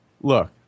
Look